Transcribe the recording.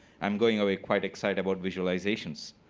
i'm going away quite excited about visualization.